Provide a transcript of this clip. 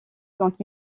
tant